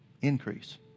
increase